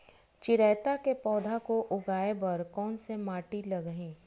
चिरैता के पौधा को उगाए बर कोन से माटी लगही?